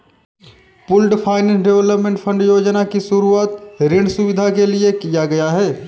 pooled finance development fund योजना की शुरूआत ऋण सुविधा के लिए किया गया है